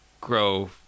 grow